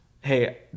Hey